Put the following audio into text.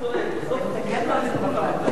4) (חברות הרב הצבאי הראשי